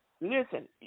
Listen